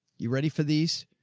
you ready for these?